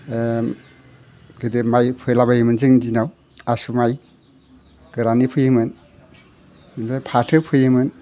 गोदो माइ फोला बायोमोन गोदोनि दिनाव आसु माइ गोरानै फोयोमोन ओमफ्राय फाथो फोयोमोन